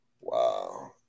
Wow